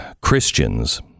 Christians